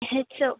ह्याचं